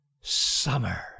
Summer